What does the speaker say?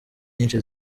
nyinshi